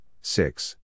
six